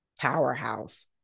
powerhouse